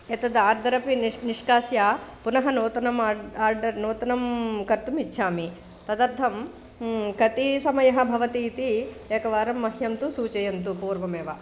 एतत् आर्द्ररपि निश् निष्कास्य पुनः नूतनं आ आर्ड् नूतनं कर्तुमिच्छामि तदर्थं कति समयः भवति इति एकवारं मह्यं तु सूचयन्तु पूर्वमेव